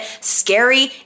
Scary